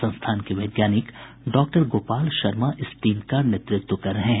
संस्थान के वैज्ञानिक डॉक्टर गोपाल शर्मा इस टीम का नेतृत्व कर रहे हैं